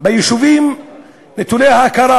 ביישובים נטולי ההכרה